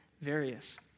various